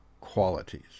qualities